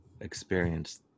experience